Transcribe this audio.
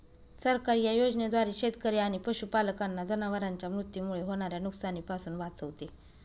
सरकार या योजनेद्वारे शेतकरी आणि पशुपालकांना जनावरांच्या मृत्यूमुळे होणाऱ्या नुकसानीपासून वाचवते